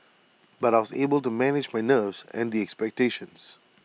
but I was able to manage my nerves and the expectations